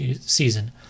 season